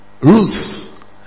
Ruth